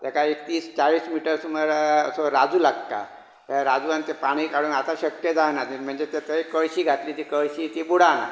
तेका एक तीस चाळीस मिटर सुमार असो राजू लागता राजवान तें पाणी कडपाक आतां शक्य जायना म्हणजे थंय कळशी घातली कळशी ती बुडना